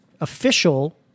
official